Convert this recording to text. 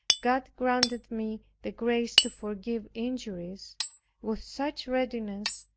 god granted me the grace to forgive injuries with such readiness,